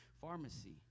pharmacy